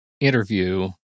interview